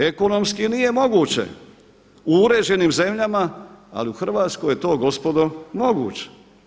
Ekonomski nije moguće u uređenim zemljama, ali u Hrvatskoj je to gospodo moguće.